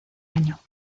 año